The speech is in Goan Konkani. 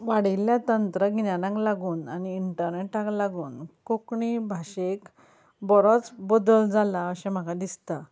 वाडयल्ल्या तंत्रगिन्यानांक लागून आनी इंटर्नेटाक लागून कोंकणी भाशेक बरोच बदल जाला अशें म्हाका दिसता